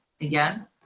again